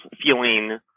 feeling